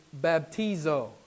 baptizo